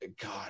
God